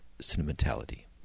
sentimentality